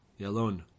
Yalon